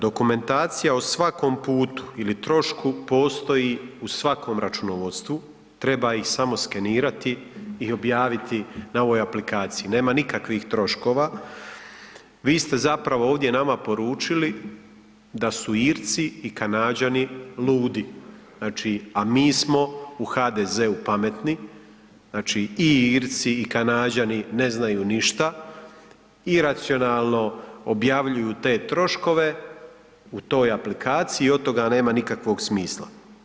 Dokumentacija o svakom putu ili trošku, postoji u svakom računovodstvu, treba ih samo skenirati i objaviti na ovoj aplikaciji, nema nikakvih troškova, vi ste zapravo ovdje nema poručili da su Irci i Kanađani ludi, znači a mi smo u HDZ-u pametni, znači i Irci i Kanađani ne znaju ništa. iracionalno objavljuju te troškove u toj aplikaciji i od toga nema nikakvog smisla.